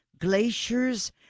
glaciers